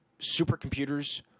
supercomputers